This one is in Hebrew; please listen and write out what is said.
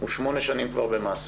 הוא 8 שנים כבר במאסר